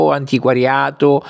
antiquariato